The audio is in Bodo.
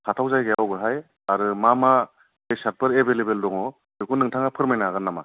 थाथाव जायगाया अबावहाय आरो मा मा बेसादफोर एभेलेबल दङ बेखौ नोंथाङा फोरमायनो हागोन नामा